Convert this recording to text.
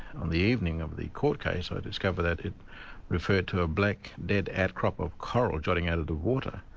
on the evening of the court case, i discovered that it referred to a black, dead outcrop of coral jutting out of the water.